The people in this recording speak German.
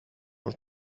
und